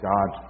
God